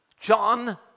John